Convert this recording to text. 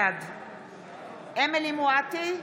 בעד אמילי חיה מואטי,